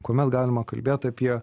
kuomet galima kalbėt apie